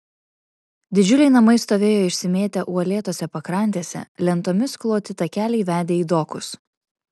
didžiuliai namai stovėjo išsimėtę uolėtose pakrantėse lentomis kloti takeliai vedė į dokus